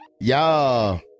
y'all